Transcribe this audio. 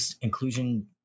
inclusion